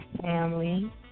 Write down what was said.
family